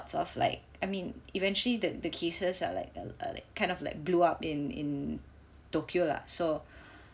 of like I mean eventually the the cases are like kind of like like blew up in in Tokyo lah so